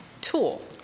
tool